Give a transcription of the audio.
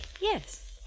Yes